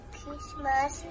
Christmas